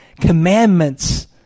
commandments